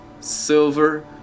Silver